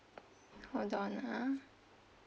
hold on ah